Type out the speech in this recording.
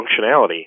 functionality